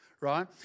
right